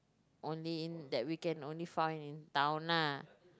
only in that weekend only found in town lah